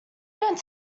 don’t